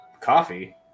coffee